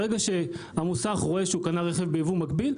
ברגע שהמוסך רואה שהוא קנה רכב בייבוא מקביל,